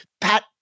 Pat